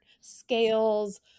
scales